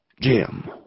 Jim